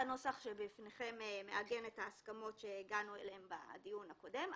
הנוסח שבפניכם מעגן את ההסכמות אליהן הגענו בדיון הקודם.